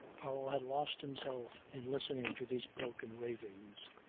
powell had lost himself in listening to these broken ravings,